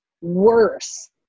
worse